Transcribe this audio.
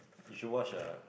you should watch the